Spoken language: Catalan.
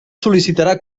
sol·licitarà